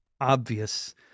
obvious